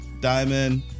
Diamond